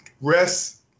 rest